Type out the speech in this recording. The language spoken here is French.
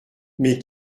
mais